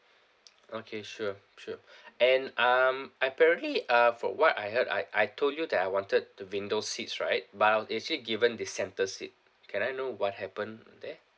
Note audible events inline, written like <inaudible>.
<noise> okay sure sure <breath> and um apparently um for what I heard I I told you that I wanted the window seats right but I was actually given the center seat can I know what happened on that